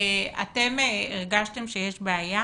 אתם הרגשתם שיש בעיה